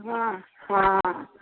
हँ हँ